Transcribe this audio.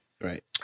Right